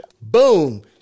boom